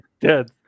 Dead